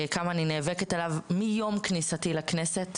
כמה אני נאבקת עליו מיום כניסתי לכנסת,